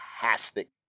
Fantastic